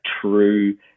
true